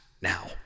now